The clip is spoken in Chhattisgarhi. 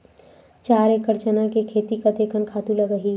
चार एकड़ चना के खेती कतेकन खातु लगही?